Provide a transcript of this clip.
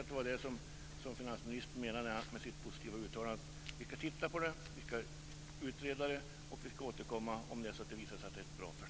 Det var säkert det som finansministern menade med sitt positiva uttalande att vi ska utreda frågan och återkomma om det visar sig att det är ett bra förslag.